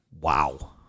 wow